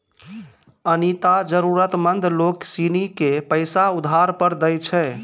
अनीता जरूरतमंद लोग सिनी के पैसा उधार पर दैय छै